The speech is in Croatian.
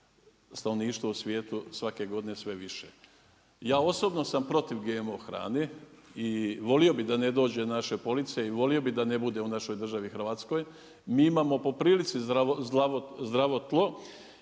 stanovništvo u svijetu svake godine sve više. Ja osobno sam protiv GMO hrane i volio bi da ne dođe na naše police, i volio bi da ne bude u našoj državi Hrvatskoj, mi imamo po prilici zdravo tlo